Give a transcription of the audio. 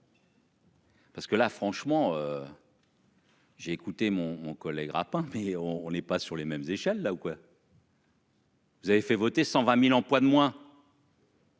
Parce que là franchement.-- J'ai écouté mon ont collé grappin mais on on n'est pas sur les mêmes échelle là ou quoi. Vous avez fait voter 120.000 emplois de moins.